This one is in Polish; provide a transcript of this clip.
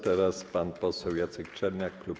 Teraz pan poseł Jacek Czerniak, klub